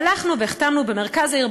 הלכנו והחתמנו במרכז העיר,